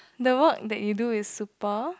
the work that you do is super